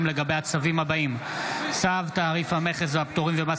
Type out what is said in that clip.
לגבי הצווים הבאים: צו תעריף המכס והפטורים ומס